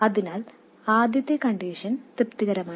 അതിനാൽ ആദ്യത്തെ അവസ്ഥ തൃപ്തികരമാണ്